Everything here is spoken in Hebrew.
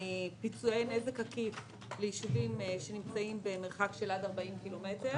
פיצויי נזק עקיף ליישובים שנמצאים במרחק עד 40 קילומטר,